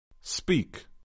Speak